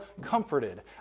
comforted